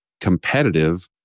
competitive